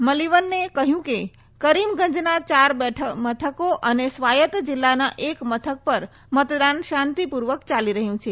મલિવન્નને કહ્યું કે કરીમગંજના ચાર મથકો અને સ્વાયત્ત જિલ્લાના એક મથક પર મતદાન શાંતિપૂર્વક ચાલી રહ્યું છે